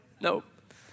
nope